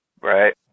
Right